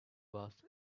was